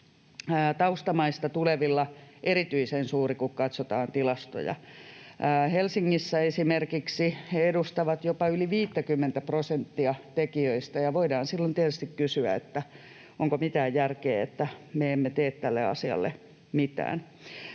taustamaista tulevilla erityisen suuri, kun katsotaan tilastoja. Esimerkiksi Helsingissä he edustavat jopa yli 50:tä prosenttia tekijöistä, ja silloin voidaan tietysti kysyä, onko mitään järkeä, että me emme tee tälle asialle mitään.